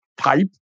type